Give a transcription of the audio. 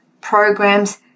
programs